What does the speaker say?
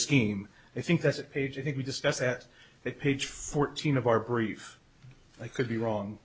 scheme i think that's a page i think we discussed at that page fourteen of our brief i could be